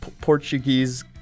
Portuguese